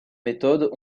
méthodes